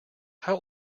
how